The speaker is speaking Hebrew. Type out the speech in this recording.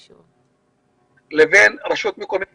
לבין הרשות המקומית